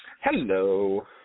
Hello